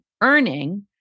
earning